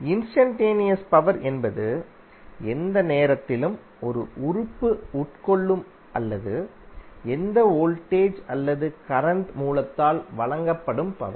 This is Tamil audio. இன்ஸ்டன்டேனியஸ் பவர் என்பது எந்த நேரத்திலும் ஒரு உறுப்பு உட்கொள்ளும் அல்லது எந்த வோல்டேஜ் அல்லது கரண்ட் மூலத்தால் வழங்கப்படும் பவர்